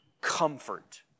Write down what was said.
comfort